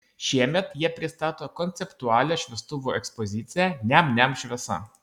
šiemet jie pristato konceptualią šviestuvų ekspoziciją niam niam šviesa